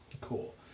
Cool